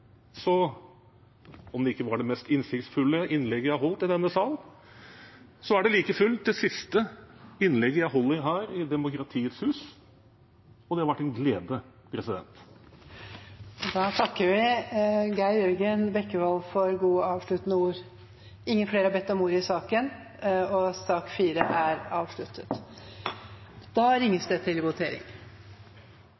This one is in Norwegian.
var det mest innsiktsfulle innlegget jeg har holdt i denne salen, er det like fullt det siste innlegget jeg holder her, i demokratiets hus – og det har vært en glede. Da takker presidenten representanten Geir Jørgen Bekkevold for gode avsluttende ord. Flere har ikke bedt om ordet til sak nr. 4. Da er